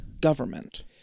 government